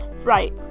Right